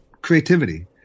creativity